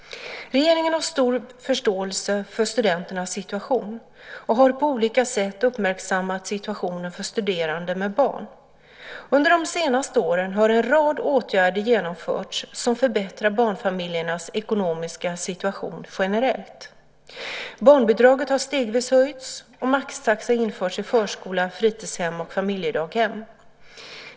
Regeringen har stor förståelse för studenternas situation och har på olika sätt uppmärksammat situationen för studerande med barn. Under de senaste åren har en rad åtgärder genomförts som förbättrar barnfamiljernas ekonomiska situation generellt. Barnbidraget har stegvis höjts, och maxtaxa införts i förskola, fritidshem och familjedaghem.